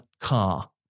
car